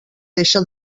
deixa